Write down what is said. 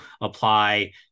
apply